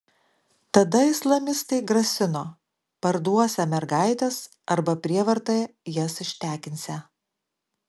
tada islamistai grasino parduosią mergaites arba prievarta jas ištekinsią